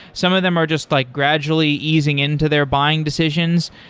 some of them are just like gradually easing into their buying decisions.